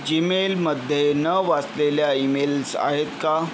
जीमेलमध्ये न वाचलेल्या ईमेल्स आहेत का